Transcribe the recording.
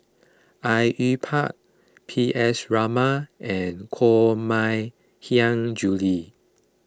Au Yue Pak P S Raman and Koh Mui Hiang Julie